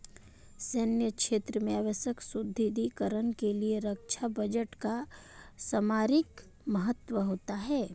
सैन्य क्षेत्र में आवश्यक सुदृढ़ीकरण के लिए रक्षा बजट का सामरिक महत्व होता है